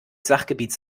sachgebiets